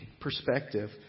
perspective